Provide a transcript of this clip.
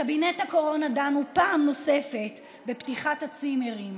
בקבינט הקורונה דנו פעם נוספת בפתיחת הצימרים.